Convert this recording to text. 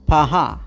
Paha